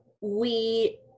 We-